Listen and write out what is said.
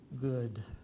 good